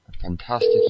fantastic